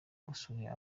gusura